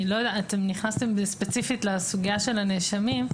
אתם נכנסתם ספציפית לסוגיית הנאשמים.